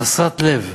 חסרת לב.